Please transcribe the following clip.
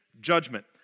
judgment